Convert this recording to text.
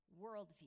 worldview